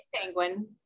sanguine